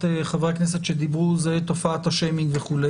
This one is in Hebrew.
חברי הכנסת שדיברו זה תופעת השיימינג וכו'.